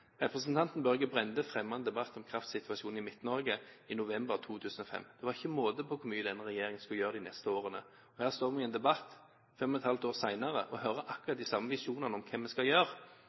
Representanten Børge Brende fremmet en debatt om kraftsituasjonen i Midt-Norge i november 2005. Det var ikke måte på hvor mye denne regjeringen skulle gjøre de neste årene. Her står vi i en debatt fem og et halvt år senere og hører akkurat de samme visjonene om hva vi skal gjøre.